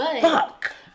fuck